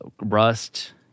rust